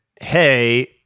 hey